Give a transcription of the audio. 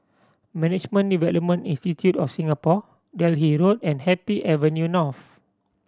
Management Development Institute of Singapore Delhi Road and Happy Avenue North